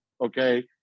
Okay